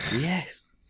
Yes